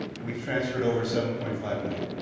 we've transferred over seven point five million.